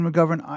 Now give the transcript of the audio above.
McGovern